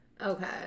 Okay